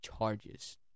charges